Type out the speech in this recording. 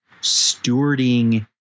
stewarding